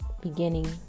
beginning